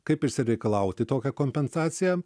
kaip išsireikalauti tokią kompensaciją